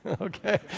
Okay